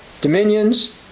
dominions